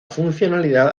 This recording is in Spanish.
funcionalidad